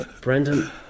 Brendan